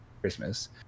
Christmas